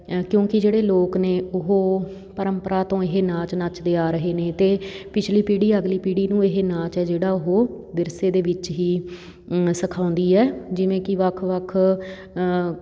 ਕਿਉਂਕਿ ਜਿਹੜੇ ਲੋਕ ਨੇ ਉਹ ਪਰੰਪਰਾ ਤੋਂ ਇਹ ਨਾਚ ਨੱਚਦੇ ਆ ਰਹੇ ਨੇ ਅਤੇ ਪਿਛਲੀ ਪੀੜੀ ਅਗਲੀ ਪੀੜੀ ਨੂੰ ਇਹ ਨਾਚ ਹੈ ਜਿਹੜਾ ਉਹ ਵਿਰਸੇ ਦੇ ਵਿੱਚ ਹੀ ਸਿਖਾਉਂਦੀ ਹੈ ਜਿਵੇਂ ਕਿ ਵੱਖ ਵੱਖ